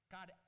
God